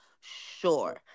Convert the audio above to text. sure